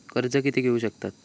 कर्ज कीती घेऊ शकतत?